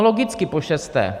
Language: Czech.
Logicky pošesté.